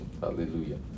Hallelujah